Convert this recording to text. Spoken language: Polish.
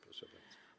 Proszę bardzo.